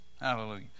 Hallelujah